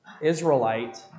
Israelite